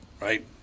right